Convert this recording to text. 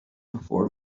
before